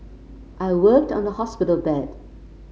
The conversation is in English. I worked on the hospital bed